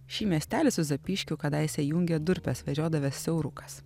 šį miestelį su zapyškiu kadaise jungė durpes vežiodavęs siaurukas